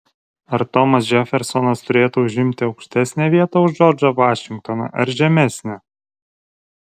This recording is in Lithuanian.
ar tomas džefersonas turėtų užimti aukštesnę vietą už džordžą vašingtoną ar žemesnę